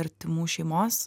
artimų šeimos